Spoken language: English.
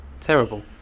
terrible